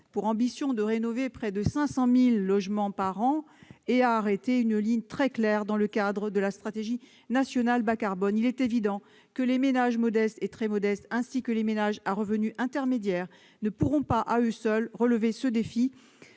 pour ambition de rénover près de 500 000 logements par an, a arrêté une ligne très claire dans le cadre de la stratégie nationale bas-carbone. Il est évident que les ménages modestes et très modestes, ainsi que les ménages à revenus intermédiaires ne pourront, à eux seuls, relever ce défi.